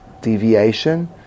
deviation